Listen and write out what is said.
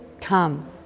come